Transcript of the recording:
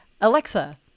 Alexa